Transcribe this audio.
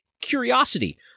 curiosity